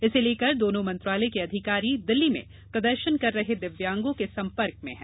इसे लेकर दोनों मंत्रालय के अधिकारी दिल्ली में प्रदर्शन कर रहे दिव्यांगों के संपर्क में हैं